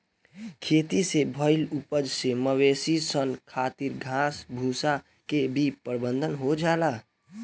खेती से भईल उपज से मवेशी सन खातिर घास भूसा के भी प्रबंध हो जाला